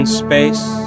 space